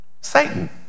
Satan